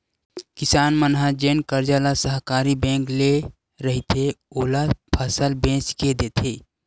किसान मन ह जेन करजा ल सहकारी बेंक ले रहिथे, ओला फसल बेच के देथे